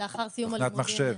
תוכנית מחשב.